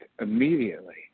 immediately